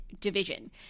Division